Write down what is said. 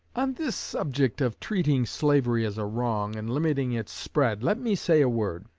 on this subject of treating slavery as a wrong, and limiting its spread, let me say a word.